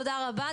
תודה רבה,